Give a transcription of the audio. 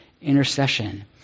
intercession